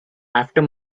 after